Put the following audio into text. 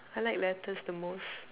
I like letters the most